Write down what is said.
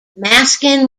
masking